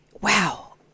wow